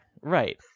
right